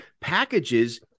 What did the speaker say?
packages